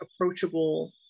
approachable